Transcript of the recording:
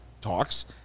talks